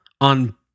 on